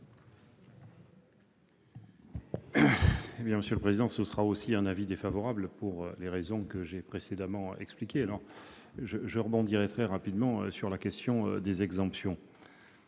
Gouvernement émet également un avis défavorable, pour les raisons que j'ai précédemment expliquées. Je rebondirai très rapidement sur la question des exemptions,